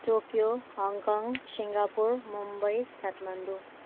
Tokyo Hong Kong Singapore Mumbai Kathmandu